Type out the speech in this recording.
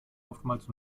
oftmals